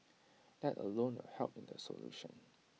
that alone will help in the solution